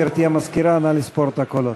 גברתי המזכירה, נא לספור את הקולות.